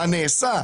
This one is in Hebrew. מה נעשה,